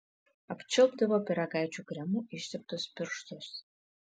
apčiulpdavo pyragaičių kremu išteptus pirštus